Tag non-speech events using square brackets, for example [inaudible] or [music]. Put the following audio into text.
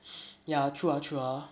[noise] ya true ah true ah